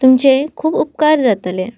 तुमचे खूब उपकार जातले